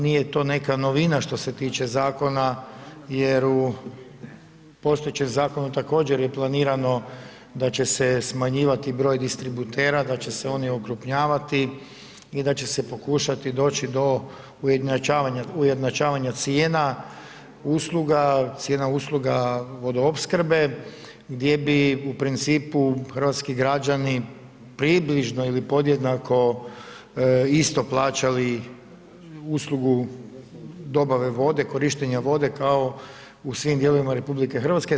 Nije to neka novina što se tiče zakona jer u postojećem zakonu također je planirano da će se smanjivati broj distributera, da će se oni okrupnjavati i da će se pokušati doći do ujednačavanja cijena usluga, cijena usluga vodoopskrbe gdje bi u principu hrvatski građani približno ili podjednako isto plaćali uslugu dobave vode, korištenja vode kao u svim dijelovima Republike Hrvatske.